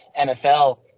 NFL